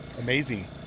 amazing